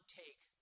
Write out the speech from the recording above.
take